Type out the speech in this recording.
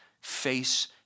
face